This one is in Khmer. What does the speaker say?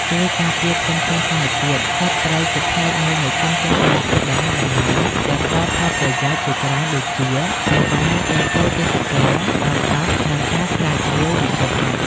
ជួយការពារធនធានធម្មជាតិ សត្វព្រៃជាផ្នែកមួយនៃធនធានធម្មជាតិដ៏មានតម្លៃ ដែលផ្ដល់ផលប្រយោជន៍ជាច្រើនដូចជា សេវាអេកូទេសចរណ៍ ឱសថ និងការស្រាវជ្រាវវិទ្យាសាស្ត្រ។